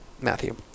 Matthew